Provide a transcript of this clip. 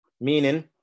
meaning